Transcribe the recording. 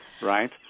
right